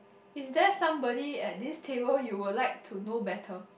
is there somebody at this table you would like to know better